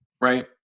Right